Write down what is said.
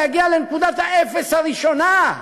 להגיע לנקודת האפס הראשונה.